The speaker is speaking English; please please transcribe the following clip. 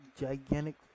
gigantic